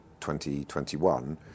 2021